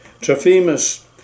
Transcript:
Trophimus